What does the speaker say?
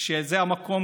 שזה המקום